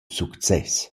success